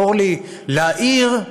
אורלי, להעיר,